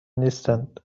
نیستند